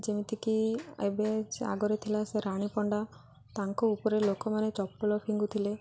ଯେମିତିକି ଏବେ ଆଗରେ ଥିଲା ସେ ରାଣୀ ପଣ୍ଡା ତାଙ୍କ ଉପରେ ଲୋକମାନେ ଚପଲ ଫିଙ୍ଗୁଥିଲେ